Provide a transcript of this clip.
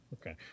Okay